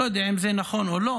אני לא יודע אם זה נכון או לא,